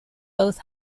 both